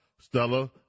Stella